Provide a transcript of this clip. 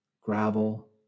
gravel